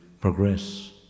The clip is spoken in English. progress